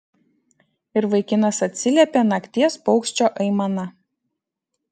ir vaikinas atsiliepė nakties paukščio aimana